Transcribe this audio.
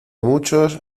muchos